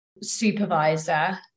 supervisor